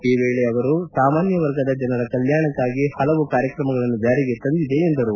ಈ ವೇಳೆ ಅವರು ಸಾಮಾನ್ಯ ವರ್ಗದ ಜನರ ಕಲ್ಕಾಣಕಾಗಿ ಹಲವು ಕಾರ್ಯಕ್ರಮಗಳನ್ನು ಜಾರಿಗೆ ತಂದಿದೆ ಎಂದರು